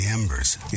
embers